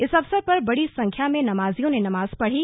इस अवसर पर बड़ी संख्या में नमाज़ियों ने नमाज़ पढ़ी